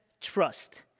trust